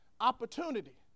opportunity